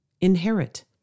inherit